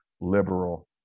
liberal